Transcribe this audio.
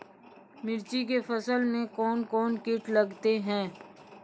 मिर्ची के फसल मे कौन कौन कीट लगते हैं?